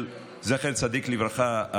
זכר צדיק לברכה,